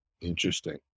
interesting